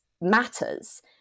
matters